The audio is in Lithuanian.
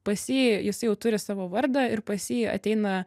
pas jį jis jau turi savo vardą ir pas jį ateina